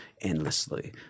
endlessly